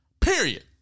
Period